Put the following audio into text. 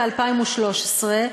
ב-2013,